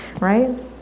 Right